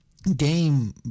Game